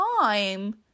time